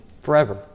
forever